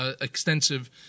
extensive